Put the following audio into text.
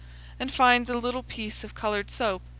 and finds a little piece of colored soap,